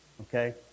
Okay